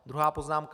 Druhá poznámka.